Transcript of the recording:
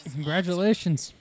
Congratulations